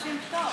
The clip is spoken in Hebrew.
מהנשים פטור?